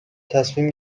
تصمیم